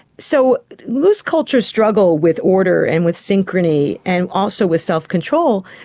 so loose cultures struggle with order and with synchrony and also with self-control.